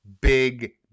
big